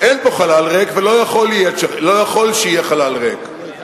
אין פה חלל ריק, ולא יכול שיהיה חלל ריק.